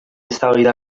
eztabaida